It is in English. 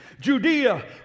Judea